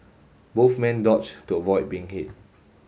both men dodged to avoid being hit